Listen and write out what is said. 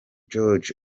jude